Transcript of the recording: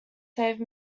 save